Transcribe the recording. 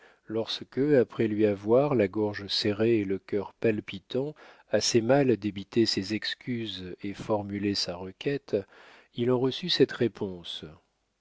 lorsque après lui avoir la gorge serrée et le cœur palpitant assez mal débité ses excuses et formulé sa requête il en reçut cette réponse